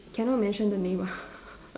cannot mention the name ah